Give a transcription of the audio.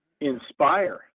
inspire